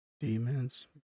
Demons